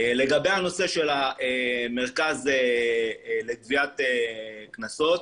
לגבי הנושא של המרכז לגביית קנסות,